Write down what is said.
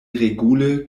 regule